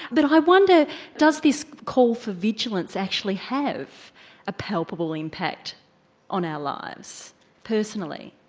but i wonder does this call for vigilance actually have a palpable impact on our lives personally?